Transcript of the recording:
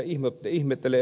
ihmettelen ed